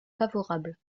favorable